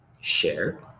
share